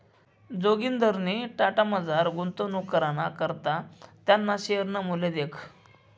जोगिंदरनी टाटामझार गुंतवणूक कराना करता त्याना शेअरनं मूल्य दखं